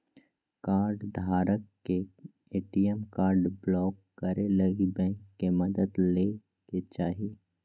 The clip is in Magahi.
कार्डधारक के ए.टी.एम कार्ड ब्लाक करे लगी बैंक के मदद लय के चाही